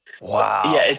Wow